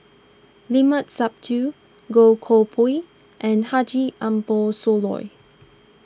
Limat Sabtu Goh Koh Pui and Haji Ambo Sooloh